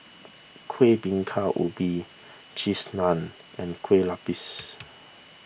Kuih Bingka Ubi Cheese Naan and Kue Lupis